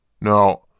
Now